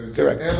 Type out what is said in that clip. Correct